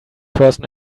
person